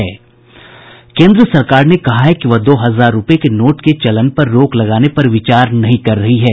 केन्द्र सरकार ने स्पष्ट किया है कि वह दो हजार रूपये के नोट के चलन पर रोक लगाने पर विचार नहीं कर रही है